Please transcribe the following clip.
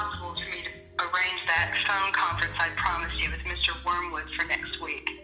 ah like um conference i promised you with mr. wormwood for next week.